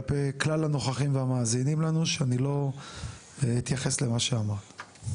כלפי כלל הנוכחים והמאזינים לנו שאני לא אתייחס למה שאמרת.